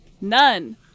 None